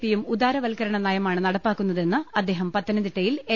P യും ഉദാരവൽക്ക രണ നയമാണ് നടപ്പാക്കുന്നതെന്ന് അദ്ദേഹം പത്തനംതിട്ടയിൽ എൽ